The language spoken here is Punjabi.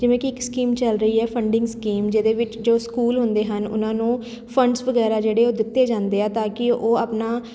ਜਿਵੇਂ ਕਿ ਇੱਕ ਸਕੀਮ ਚੱਲ ਰਹੀ ਹੈ ਫੰਡਿੰਗ ਸਕੀਮ ਜਿਹਦੇ ਵਿੱਚ ਜੋ ਸਕੂਲ ਹੁੰਦੇ ਹਨ ਉਹਨਾਂ ਨੂੰ ਫੰਡਸ ਵਗੈਰਾ ਜਿਹੜੇ ਉਹ ਦਿੱਤੇ ਜਾਂਦੇ ਆ ਤਾਂ ਕਿ ਉਹ ਆਪਣਾ